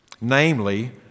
Namely